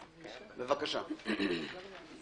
אדוני,